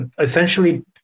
essentially